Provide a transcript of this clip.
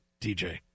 DJ